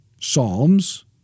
Psalms